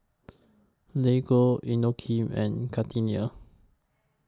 Lego Inokim and Gardenia